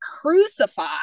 crucified